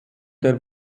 der